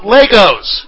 Legos